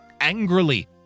angrily